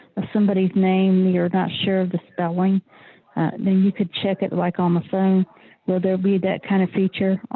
somebody's name you're not sure of the spelling then you could check it like on the phone will there be that kind of feature?